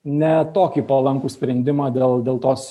ne tokį palankų sprendimą dėl dėl tos